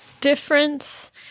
difference